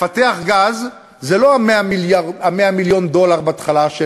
לפתח גז זה לא 100 מיליון הדולר בהתחלה,